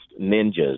ninjas